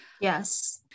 Yes